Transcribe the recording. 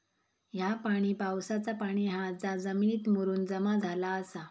ह्या पाणी पावसाचा पाणी हा जा जमिनीत मुरून जमा झाला आसा